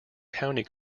county